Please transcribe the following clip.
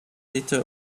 little